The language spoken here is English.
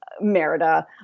Merida